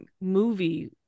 movie